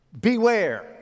Beware